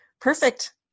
Perfect